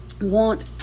want